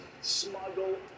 smuggle